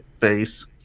face